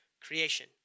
creation